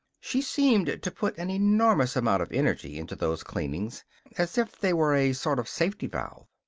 she seemed to put an enormous amount of energy into those cleanings as if they were a sort of safety valve.